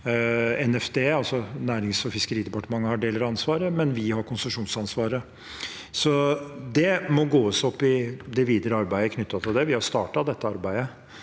Nærings- og fiskeridepartementet har deler av ansvaret, men vi har konsesjonsansvaret. Det må gås opp i det videre arbeidet knyttet til det. Vi har startet dette arbeidet,